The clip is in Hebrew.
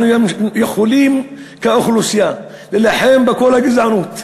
אנחנו יכולים כאוכלוסייה להילחם בכל הגזענות.